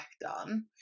done